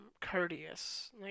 courteous